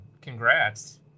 congrats